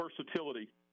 versatility